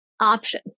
option